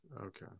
Okay